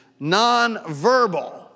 nonverbal